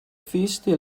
feisty